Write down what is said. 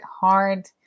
hard